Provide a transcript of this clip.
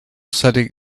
setting